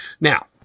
Now